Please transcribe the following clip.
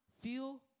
feel